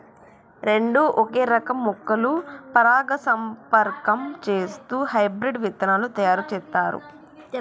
రెండు ఒకే రకం మొక్కలు పరాగసంపర్కం చేస్తూ హైబ్రిడ్ విత్తనాలు తయారు చేస్తారు